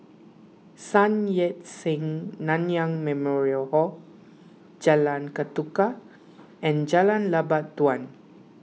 Sun Yat Sen Nanyang Memorial Hall Jalan Ketuka and Jalan Lebat Daun